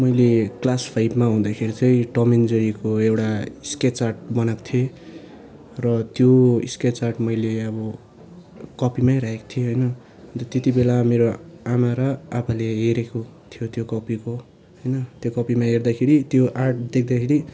मैले क्लास फाइभमा हुँदाखेरि चाहिँ टम एन्ड जेरीको एउटा स्केज आर्ट बनाएको थिएँ र त्यो स्केज आर्ट मैले अब कपीमै राखेको थिएँ होइन अन्त त्यतिबेला मेरो आमा र आपाले हेरेको थियो त्यो कपीको होइन त्यो कपीमा हेर्दाखेरि त्यो आर्ट देख्दाखेरि